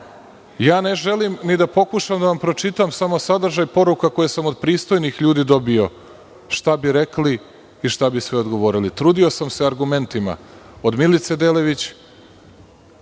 Ja ne želim ni da pokušam da vam pročitam samo sadržaj poruka koje sam od pristojnih ljudi dobio, šta bi rekli i šta bi sve odgovorili. Trudio sam se argumentima, od Milice Delević,